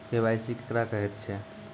KYC केकरा कहैत छै?